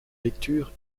lecture